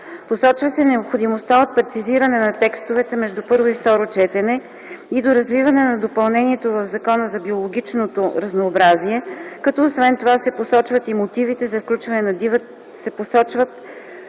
Посочва се необходимостта от прецизиране на текстовете между първо и второ четене и доразвиване на допълнението в Закона за биологичното разнообразие, като освен това се посочат допълнително и мотивите за включването на дивата коза